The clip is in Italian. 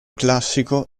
classico